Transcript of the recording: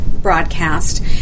Broadcast